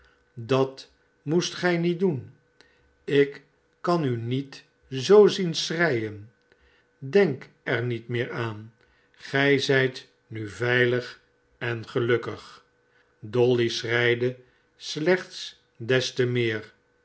sdat moest gij niet doen ikkan u niet zoo zien schreien denk er niet meer aan gij zijt nu veilig en gelukkig dolly schreide slechts des te meer